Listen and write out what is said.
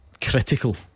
critical